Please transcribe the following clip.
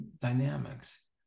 dynamics